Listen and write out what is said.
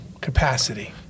capacity